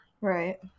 Right